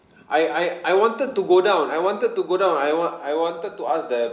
I I I wanted to go down I wanted to go down I want I wanted to ask the